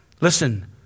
listen